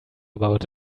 about